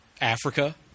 Africa